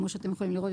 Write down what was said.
כמו שאתם יכולים לראות,